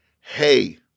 hey